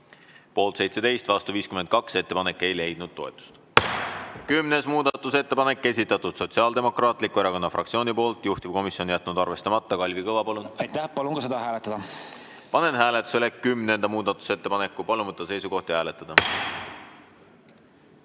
Poolt 17, vastu 52, ettepanek ei leidnud toetust. Kümnes muudatusettepanek, esitanud Sotsiaaldemokraatliku Erakonna fraktsioon, juhtivkomisjon on jätnud arvestamata. Kalvi Kõva, palun! Aitäh! Palun seda hääletada. Panen hääletusele kümnenda muudatusettepaneku. Palun võtta seisukoht ja hääletada!